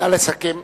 נא לסכם.